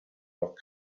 leur